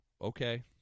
okay